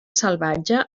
salvatge